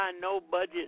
no-budget